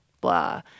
blah